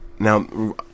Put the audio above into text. Now